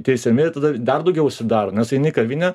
teisiami ir ir tada dar daugiau užsidaro nes eini į kavinę